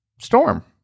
Storm